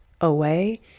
away